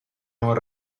non